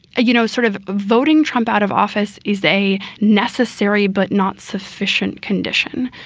you know, sort of voting trump out of office is a necessary but not sufficient condition.